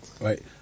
right